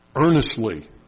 earnestly